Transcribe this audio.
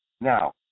Now